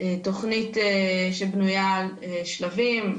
תכנית שבנוייה על שלבים.